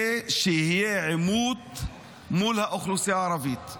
זה שיהיה עימות מול האוכלוסייה הערבית.